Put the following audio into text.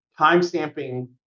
timestamping